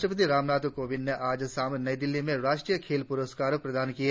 राष्ट्रपति रामनाथ कोविंद ने आज शाम नई दिल्ली में राष्ट्रीय खेल प्रस्कार प्रदान किए